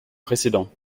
précédents